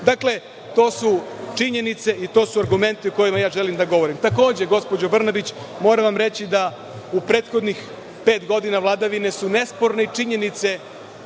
Dakle, to su činjenice i to su argumenti o kojima ja želim da govorim. Takođe, gospođo Brnabić, moram vam reći da u prethodnih pet godina vladavine su nesporne činjenice